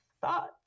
thoughts